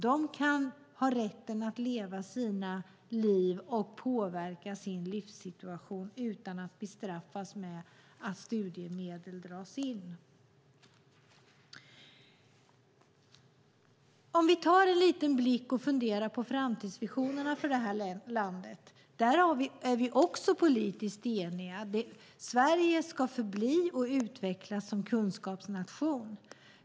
De ska ha rätt att leva sina liv och påverka sin livssituation utan att bestraffas med att studiemedel dras in. Vi kan fundera lite över framtidsvisionerna för det här landet. Vi är politiskt eniga om att Sverige ska utvecklas som kunskapsnation.